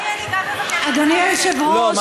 אדוני היושב-ראש, אדוני, אני גם מבקשת.